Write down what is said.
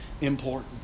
important